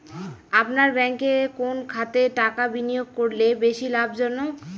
আপনার ব্যাংকে কোন খাতে টাকা বিনিয়োগ করলে বেশি লাভজনক?